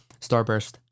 Starburst